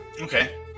Okay